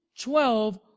twelve